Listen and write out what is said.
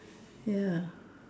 ya